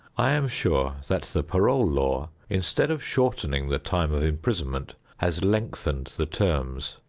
i am sure that the parole law, instead of shortening the time of imprisonment, has lengthened the terms.